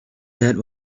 head